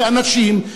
כאנשים,